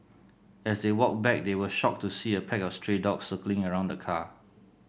as they walked back they were shocked to see a pack of stray dogs circling around the car